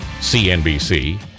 CNBC